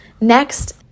Next